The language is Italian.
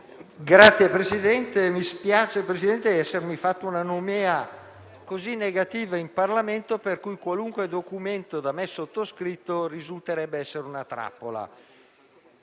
Signor Presidente, mi spiace di essermi fatto una nomea così negativa in Parlamento, per cui qualunque documento da me sottoscritto risulterebbe essere una trappola: